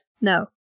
No